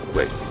Wait